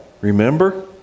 Remember